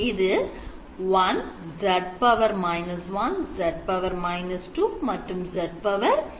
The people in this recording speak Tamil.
இது 1z −1 z −2 மற்றும் z −3